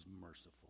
merciful